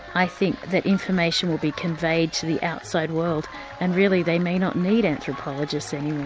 i think that information will be conveyed to the outside world and really they may not need anthropologists any